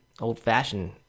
old-fashioned